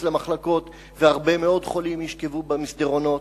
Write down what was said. למחלקות והרבה מאוד חולים ישכבו במסדרונות,